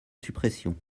suppression